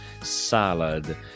salad